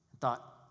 thought